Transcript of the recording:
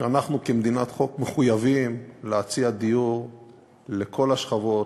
אנחנו כמדינת חוק מחויבים להציע דיור לכל השכבות,